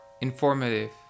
informative